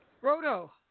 Roto